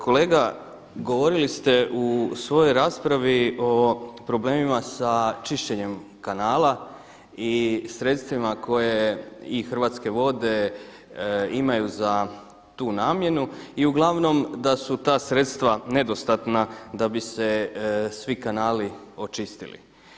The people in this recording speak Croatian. Kolega, govorili ste u svojoj raspravi o problemima sa čišćenjem kanala i sredstvima koje i Hrvatske vode imaju za tu namjenu i uglavnom da su ta sredstva nedostatna da bi se svi kanali očistili.